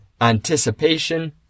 anticipation